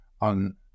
on